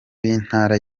b’intara